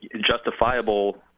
justifiable